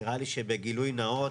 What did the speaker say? נראה לי שבגילוי נאות,